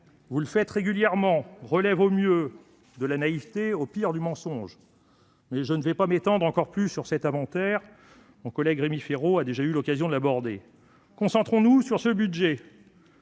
vous le faites régulièrement -relève au mieux de la naïveté, au pire du mensonge. Mais je ne m'étendrai pas davantage sur cet inventaire : mon collègue Rémi Féraud a déjà eu l'occasion de l'aborder. Concentrons-nous sur ce budget.